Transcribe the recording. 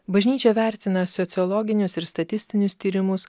bažnyčia vertina sociologinius ir statistinius tyrimus